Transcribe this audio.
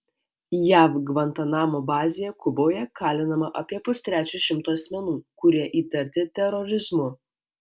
jav gvantanamo bazėje kuboje kalinama apie pustrečio šimto asmenų kurie įtarti terorizmu